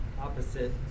opposite